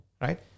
right